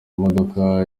modoka